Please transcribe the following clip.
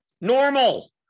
Normal